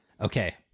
Okay